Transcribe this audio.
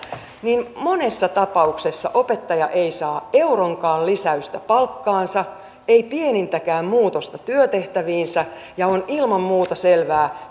niin monessa tapauksessa opettaja ei saa euronkaan lisäystä palkkaansa ei pienintäkään muutosta työtehtäviinsä on ilman muuta selvää